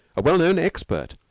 a well-known expert,